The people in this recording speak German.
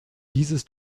dieses